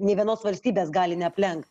nei vienos valstybės gali neaplenk